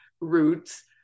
roots